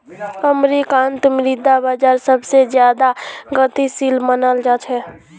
अमरीकार मुद्रा बाजार सबसे ज्यादा गतिशील मनाल जा छे